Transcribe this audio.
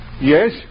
Yes